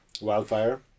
Wildfire